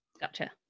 Gotcha